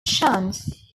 chance